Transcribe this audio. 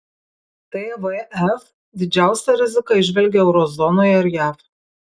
tvf didžiausią riziką įžvelgia euro zonoje ir jav